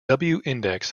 index